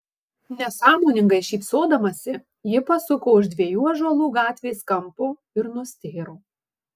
nesąmoningai šypsodamasi ji pasuko už dviejų ąžuolų gatvės kampo ir nustėro